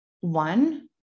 one